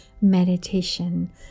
meditation